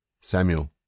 Samuel